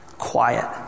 Quiet